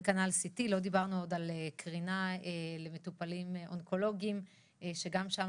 וכנ"ל לגבי CT. לא דיברנו עוד על קרינה למטופלים אונקולוגיים שגם שם